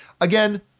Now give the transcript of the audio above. Again